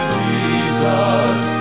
jesus